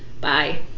Bye